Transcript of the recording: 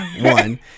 one